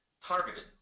targeted